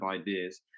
ideas